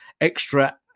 extra